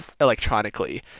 electronically